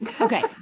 Okay